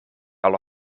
alle